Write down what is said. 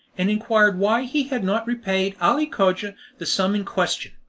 and inquired why he had not repaid ali cogia the sum in question.